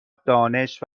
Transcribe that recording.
دانش